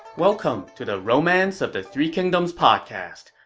welcome to the romance of the three kingdoms podcast.